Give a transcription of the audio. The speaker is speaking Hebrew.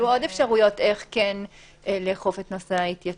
איך כן לאכוף את נושא אי-ההתייצבות?